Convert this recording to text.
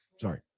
Sorry